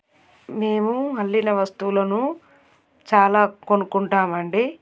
మేము అల్లిన వస్తువులను చాలా కొనుక్కుంటాము అండి